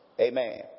Amen